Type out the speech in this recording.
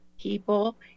people